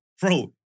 Bro